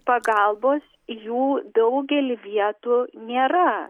pagalbos jų daugely vietų nėra